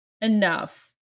enough